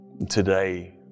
Today